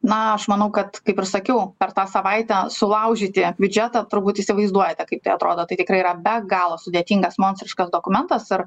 na aš manau kad kaip ir sakiau per tą savaitę sulaužyti biudžetą turbūt įsivaizduojate kaip tai atrodo tai tikrai yra be galo sudėtingas monstriškas dokumentas ir